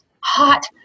hot